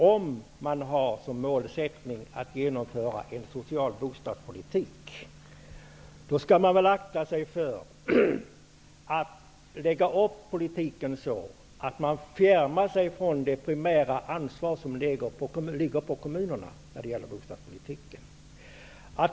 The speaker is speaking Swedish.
Om man har som mål att genomföra en social bostadspolitik, borde man akta sig för att lägga upp politiken så, att man fjärmar sig från det primära ansvar som ligger på kommunerna när det gäller bostadspolitiken.